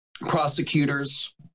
prosecutors